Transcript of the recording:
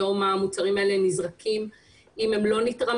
היום המוצרים האלה נזרקים אם הם לא נתרמים.